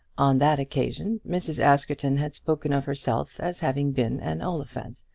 on that occasion mrs. askerton had spoken of herself as having been an oliphant,